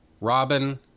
Robin